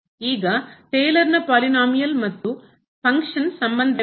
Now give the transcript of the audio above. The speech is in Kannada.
ಈಗ ಟೇಲರ್ನ ಪಾಲಿನೋಮಿಯಲ್ ಬಹುಪದ ಮತ್ತು ಫಂಕ್ಷನ್ ಕಾರ್ಯದ ಸಂಬಂಧವೇನು